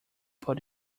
but